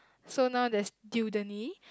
so there's now there's Dewdanie